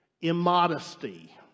immodesty